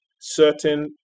certain